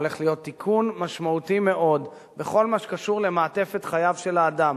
הולך להיות תיקון משמעותי בכל מה שקשור למעטפת חייו של האדם: